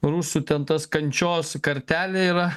rusų ten tas kančios kartelė yra